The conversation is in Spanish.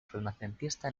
renacentista